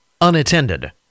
unattended